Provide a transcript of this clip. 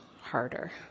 harder